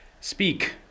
Speak